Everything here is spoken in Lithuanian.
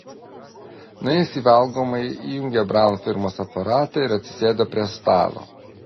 nuėjęs į valgomąjį įjungė braun firmos aparatą ir atsisėdo prie stalo